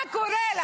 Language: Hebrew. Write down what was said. מה קורה?